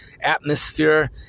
atmosphere